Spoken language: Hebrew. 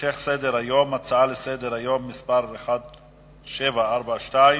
הצעה לסדר-היום מס' 1742,